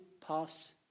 pass